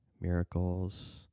Miracles